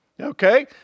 Okay